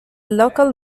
local